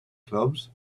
clubs